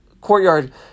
courtyard